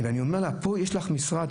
אני אומר לה, פה יש לך משרד.